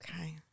Okay